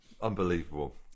unbelievable